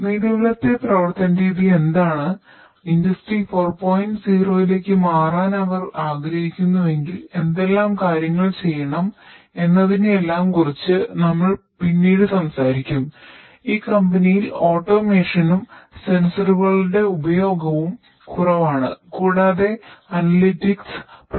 നിലവിലെ പ്രവർത്തന രീതി എന്താണ് ഇൻഡസ്ട്രി 4